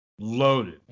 Loaded